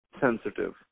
sensitive